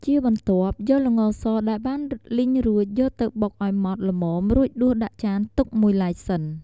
ជាបន្ទាប់យកល្ងរសដែលបានលីងរួចយកទៅបុកឲ្យម៉ត់ល្មមរួចដួសដាក់ចានទុកមួយឡែកសិន។